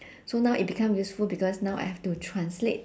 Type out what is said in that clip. so now it become useful because now I have to translate